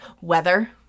weather